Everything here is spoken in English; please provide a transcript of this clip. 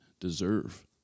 deserve